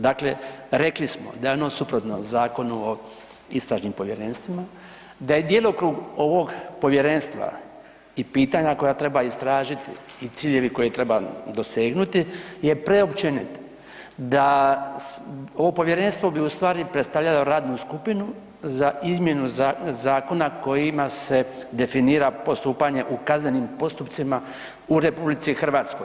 Dakle, rekli smo da je ono suprotno zakonu o istražnim povjerenstvima, da je djelokrug ovog povjerenstva i pitanja koja treba istražiti i ciljevi koje treba dosegnuti je preopćenit, da ovo povjerenstvo bi ustvari predstavljalo radnu skupinu za izmjenu zakona kojima se definira postupanje u kaznenim postupcima u RH.